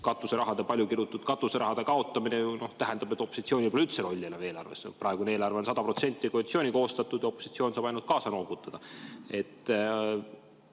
näiteks palju kirutud katuserahade kaotamine tähendab, et opositsioonil pole üldse enam rolli eelarves. Praegune eelarve on 100% koalitsiooni koostatud, opositsioon saab ainult kaasa noogutada.